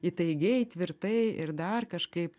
įtaigiai tvirtai ir dar kažkaip